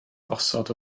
osod